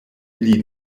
ili